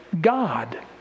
God